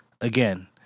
Again